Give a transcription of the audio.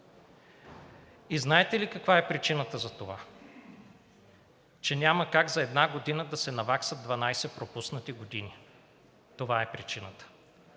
И знаете ли каква е причината за това? Че няма как за една година да се наваксат 12 пропуснати години. Това е причината.